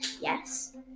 Yes